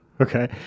Okay